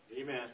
Amen